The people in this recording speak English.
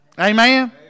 Amen